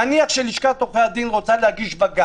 נניח שלשכת עורכי הדין רוצה להגיש בג"ץ.